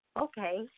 okay